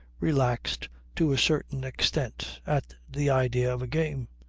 relaxed to a certain extent at the idea of a game.